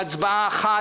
התקנות אושרו.